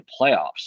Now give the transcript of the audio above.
playoffs